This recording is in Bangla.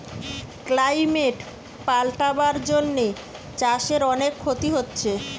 ক্লাইমেট পাল্টাবার জন্যে চাষের অনেক ক্ষতি হচ্ছে